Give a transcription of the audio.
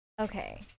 Okay